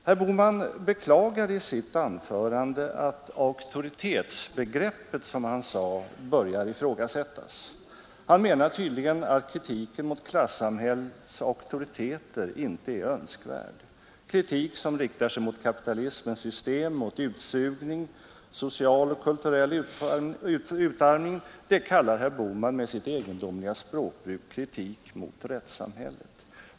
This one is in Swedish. Herr Bohman beklagade i sitt anförande att auktoritetsbegreppet, som han sade, börjar ifrågasättas. Han menar tydligen att kritiken mot klassamhällets auktoriteter inte är önskvärd. Kritik som riktar sig mot kapitalismens system, mot utsugning och mot nationell och kulturell utarmning kallar herr Bohman med sitt egendomliga språkbruk kritik mot rättssamhället.